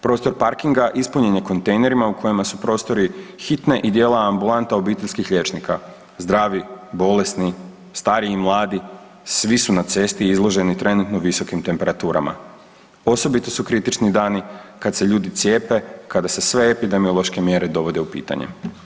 Prostor parkinga ispunjen je kontejnerima u kojima su prostori hitne i dijela ambulanta obiteljskih liječnika, zdravi, bolesni, stari i mladi svi su na cesti izloženi trenutno visokim temperaturama, osobito su kritični dani kada se ljudi cijepe, kada se sve epidemiološke mjere dovode u pitanje.